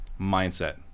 mindset